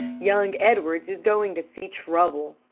young edwards is going to see trouble.